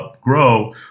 grow